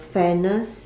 fairness